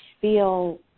feel